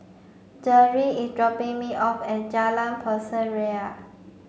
Deirdre is dropping me off at Jalan Pasir Ria